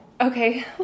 okay